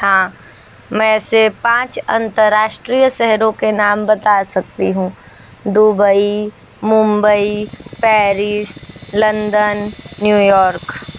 हाँ मैं ऐसे पाँच अंतर्राष्ट्रीय शहरों के नाम बता सकती हूँ Dubai Mumbai Paris London New York